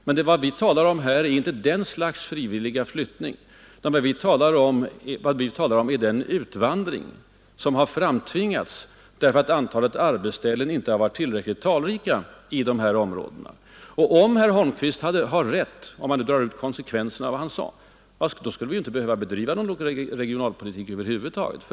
Men vad vi talar om här är inte det slags frivilliga flyttningar utan den ”utvandring” som har framtvingats därför att antalet arbetsställen inte har varit tillräckligt stort i de här områdena. Om herr Holmqvist har rätt och man drar ut konsekvenserna av vad han sade, skulle vi ju inte behöva bedriva någon regionalpolitik över huvud taget.